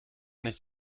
nicht